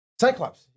Cyclops